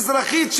אזרחית,